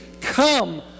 Come